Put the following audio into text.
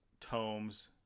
Tomes